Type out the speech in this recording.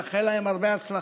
לאחל להם הרבה הצלחה.